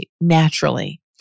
naturally